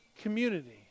community